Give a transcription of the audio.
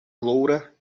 loura